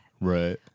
Right